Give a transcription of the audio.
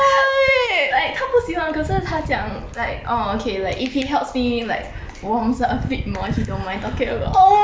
right 他不喜欢可是他讲 like orh okay like if it helps me like warms up a bit more he don't mind talking about